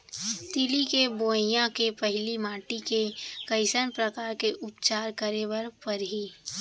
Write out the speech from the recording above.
तिलि के बोआई के पहिली माटी के कइसन प्रकार के उपचार करे बर परही?